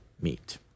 meet